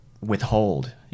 withhold